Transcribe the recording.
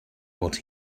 what